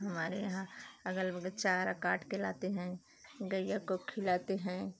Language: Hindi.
हमारे यहाँ अगल बगल चारा काट के लाते हैं गईया को खिलाते हैं